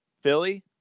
Philly